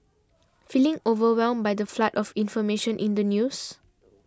feeling overwhelmed by the flood of information in the news